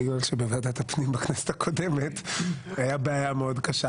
בגלל שבוועדת הפנים בכנסת הקודמת הייתה בעיה מאוד קשה.